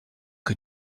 que